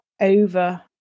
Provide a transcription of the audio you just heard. over